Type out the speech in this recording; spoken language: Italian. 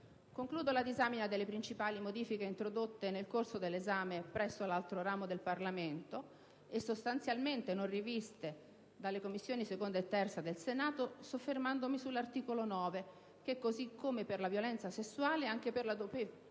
Concludo la disamina delle principali modifiche introdotte nel corso dell'esame presso l'altro ramo del Parlamento, e sostanzialmente non riviste dalle Commissioni 2a e 3a del Senato, soffermandomi sull'articolo 9 che, così come per la violenza sessuale, anche per la pedofilia